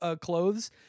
clothes